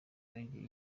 yongeye